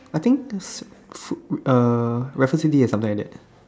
I think f~ food uh Raffles-City has something like that